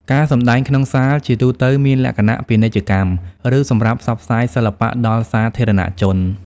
ការសម្តែងក្នុងសាលជាទូទៅមានលក្ខណៈពាណិជ្ជកម្ម ឬសម្រាប់ផ្សព្វផ្សាយសិល្បៈដល់សាធារណជន។